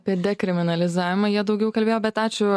per dekriminalizavimą jie daugiau kalbėjo bet ačiū